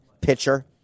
pitcher